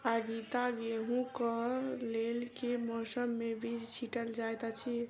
आगिता गेंहूँ कऽ लेल केँ मौसम मे बीज छिटल जाइत अछि?